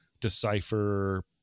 decipher